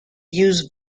use